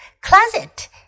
closet